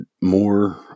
more